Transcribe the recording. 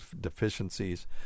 deficiencies